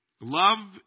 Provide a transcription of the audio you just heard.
Love